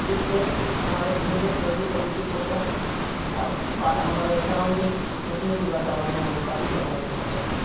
इससे हमारे भूमिगत जल भी प्रदूषित होते हैं और बारह हमारे सराउंडिंग्स जितने भी वातावरण है वो काफी प्रभावित होते है